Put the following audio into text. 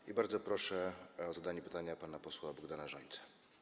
I bardzo proszę o zadanie pytania pana posła Bogdana Rzońcę.